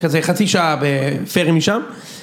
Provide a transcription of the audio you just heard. כזה חצי שעה בפרי משם.